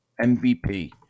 MVP